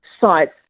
sites